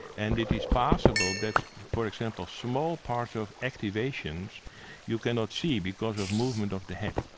and it is possible that, for example, small parts of activation you cannot see because of movement of the head.